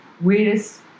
weirdest